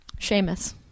seamus